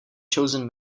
chosen